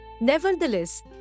Nevertheless